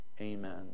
Amen